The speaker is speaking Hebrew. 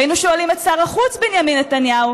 היינו שואלים את שר החוץ בנימין נתניהו